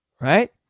right